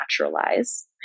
naturalize